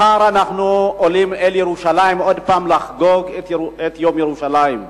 מחר אנחנו עולים אל ירושלים עוד פעם לחגוג את יום ירושלים.